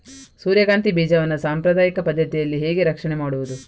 ಸೂರ್ಯಕಾಂತಿ ಬೀಜವನ್ನ ಸಾಂಪ್ರದಾಯಿಕ ಪದ್ಧತಿಯಲ್ಲಿ ಹೇಗೆ ರಕ್ಷಣೆ ಮಾಡುವುದು